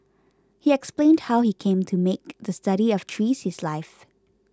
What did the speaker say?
he explained how he came to make the study of trees his life